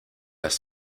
las